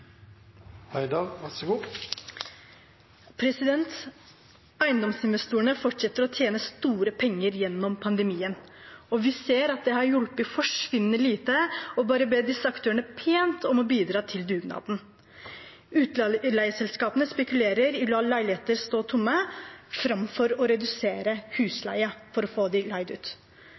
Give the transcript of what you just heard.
Eiendomsinvestorene fortsetter å tjene store penger gjennom pandemien. Vi ser at det har hjulpet forsvinnende lite å bare be disse aktørene pent om å bidra i dugnaden. Utleieselskapene spekulerer i å la leiligheter stå tomme framfor å redusere husleien for å få dem leid ut.